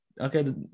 okay